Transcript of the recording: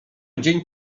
dzień